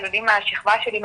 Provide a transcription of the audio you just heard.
ילדים מהשכבה שלי,